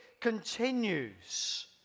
continues